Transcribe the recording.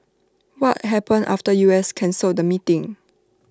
what happened after U S cancelled the meeting